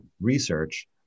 research